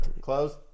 close